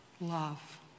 love